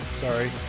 Sorry